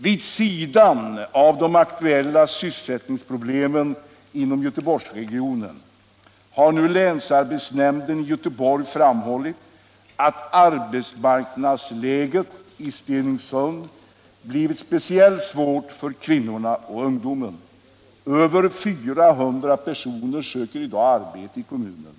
Vid sidan av de aktuella sysselsättningsproblemen inom Göteborgsregionen har nu länsarbetsnämnden i Göteborg framhållit att arbetsmarknadsläget i Stenungsund blivit speciellt svårt för kvinnorna och ungdomen. Över 400 personer söker i dag arbete i kommunen.